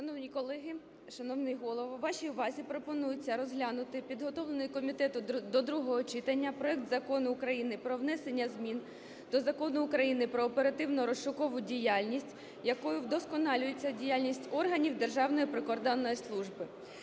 Шановні колеги, шановний Голово, вашій увазі пропонується розглянути підготовлений комітетом до другого читання проект Закону України про внесення змін до Закону України "Про оперативно-розшукову діяльність", якою вдосконалюється діяльність органів Державної прикордонної служби.